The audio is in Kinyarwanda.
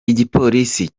igipolisi